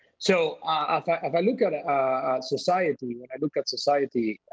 so. ah if i if i look at it society, i look at society,